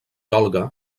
olga